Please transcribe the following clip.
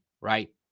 right